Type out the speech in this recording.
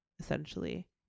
essentially